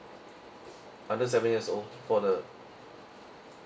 under seven years old for the